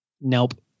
Nope